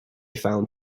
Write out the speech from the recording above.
found